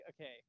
okay